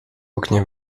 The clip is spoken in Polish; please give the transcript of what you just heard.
oknie